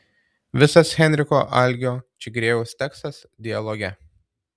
visas henriko algio čigriejaus tekstas dialoge